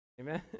Amen